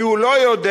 כי הוא לא יודע,